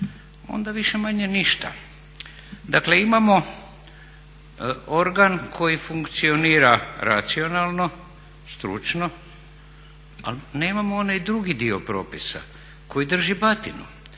onda više-manje ništa. Dakle, imamo organ koji funkcionira racionalno, stručno ali nemamo onaj drugi dio propisa koji drži batinu